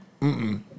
Mm-mm